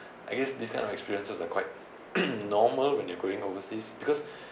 I guess this kind of experiences are quite normal when you're going overseas